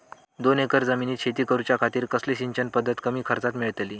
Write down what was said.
दोन एकर जमिनीत शेती करूच्या खातीर कसली सिंचन पध्दत कमी खर्चात मेलतली?